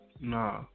Nah